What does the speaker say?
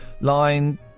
line